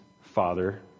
father